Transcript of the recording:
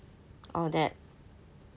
all that